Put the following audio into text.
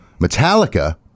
Metallica